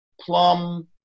Plum